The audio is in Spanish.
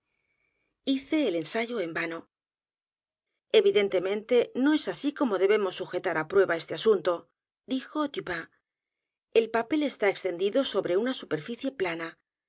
hice el ensayo en vano evidentemente no es así como debemos sujetar á prueba este asunto dijo dupin el papel está extendido sobre una superficie plana